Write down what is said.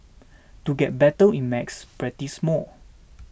to get better in macs practise more